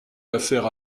affaire